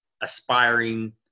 aspiring